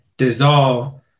dissolve